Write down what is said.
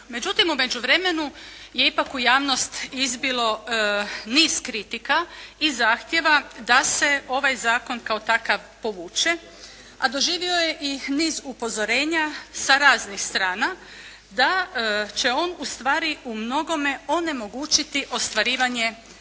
Međutim u međuvremenu je ipak u javnost izbilo niz kritika i zahtjeva da se ovaj Zakon kao takav povuče, a doživio je i niz upozorenja sa raznih strana da će on ustvari u mnogome onemogućiti ostvarivanje